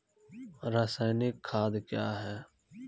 रसायनिक खाद कया हैं?